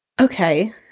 Okay